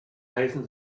heißen